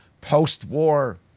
post-war